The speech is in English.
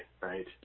right